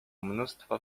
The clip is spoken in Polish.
mnóstwo